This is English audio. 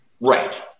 right